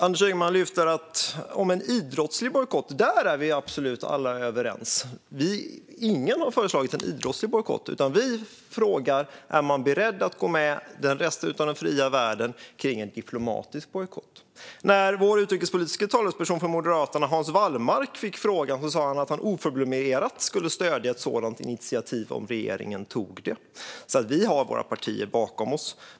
Anders Ygeman talar om en idrottslig bojkott, och där är vi absolut alla överens. Ingen har föreslagit en idrottslig bojkott. Det vi frågar är: Är regeringen beredd att gå med den resten av den fria världen i en diplomatisk bojkott? När vår utrikespolitiske talesperson i Moderaterna Hans Wallmark fick frågan sa han att han oförblommerat skulle stödja ett sådant initiativ om regeringen tog det. Vi har våra partier bakom oss.